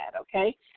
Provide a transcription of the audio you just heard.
Okay